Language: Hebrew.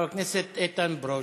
חבר הכנסת איתן ברושי.